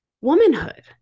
womanhood